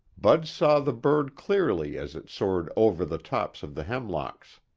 bud saw the bird clearly as it soared over the tops of the hemlocks.